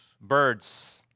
Birds